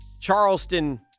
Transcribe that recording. Charleston